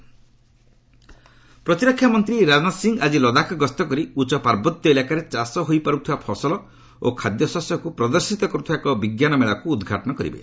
ରାଜନାଥ ଲଦାଖ ପ୍ରତିରକ୍ଷା ମନ୍ତ୍ରୀ ରାଜନାଥ ସିଂହ ଆଜି ଲଦାଖ ଗସ୍ତ କରି ଉଚ୍ଚ ପାର୍ବତ୍ୟ ଇଲାକାରେ ଚାଷ ହୋଇପାରୁଥିବା ଫସଲ ଓ ଖାଦ୍ୟଶସ୍ୟକୁ ପ୍ରଦର୍ଶିତ କରୁଥିବା ଏକ ବିଜ୍ଞାନମେଳାକୁ ଉଦ୍ଘାଟନ କରିବେ